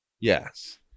Yes